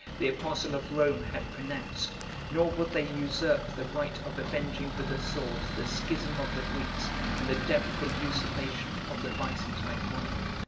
the apostle of rome had pronounced nor would they usurp the right of avenging with the sword the schism of the greeks and the doubtful usurpation of the byzantine monarch.